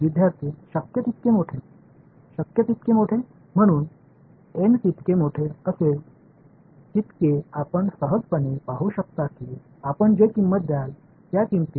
எனவே பெரிய n நீங்கள் உள்ளுணர்வாக சிறந்ததைக் காணலாம் நீங்கள் செலுத்தும் விலையின் உண்மையான செயல்பாட்டை rho தோராயமாக மதிப்பிட முடியும்